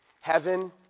Heaven